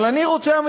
אבל אני רוצה,